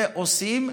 ועושים.